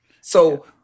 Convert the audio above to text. So-